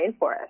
rainforest